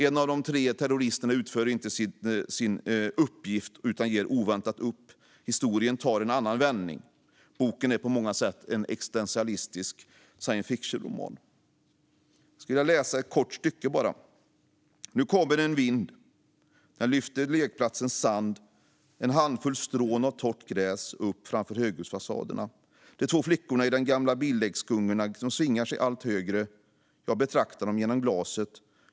En av de tre terroristerna utför inte sin uppgift utan ger oväntat upp. Historien tar en annan vändning. Boken är på många sätt en existentialistisk science fiction-roman. Jag skulle vilja läsa upp ett kort stycke ur boken: "Nu kommer en vind. Den lyfter lekplatsens sand och en handfull strån av torrt gräs upp framför höghusfasaderna. De två flickorna i de gamla bildäcksgungorna svingar sig högre. Jag betraktar dem genom glaset.